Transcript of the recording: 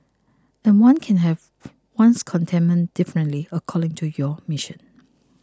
and one can have one's contentment differently according to your mission